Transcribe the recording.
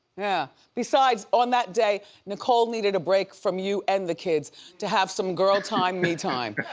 yeah, besides on that day, nicole needed a break from you and the kids to have some girl time, me time.